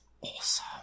awesome